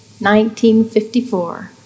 1954